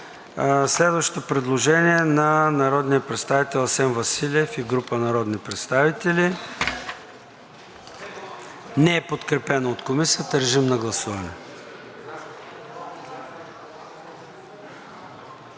Следващото предложение е на народния представител Асен Василев и група народни представители, неподкрепено от Комисията. Моля, режим на гласуване.